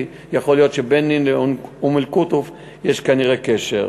כי יכול להיות שבין נין לאום-אלקוטוף יש קשר.